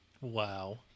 Wow